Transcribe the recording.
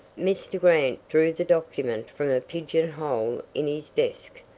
mr. grant drew the document from a pigeon-hole in his desk,